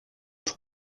pour